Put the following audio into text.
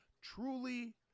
truly